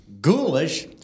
ghoulish